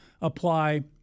apply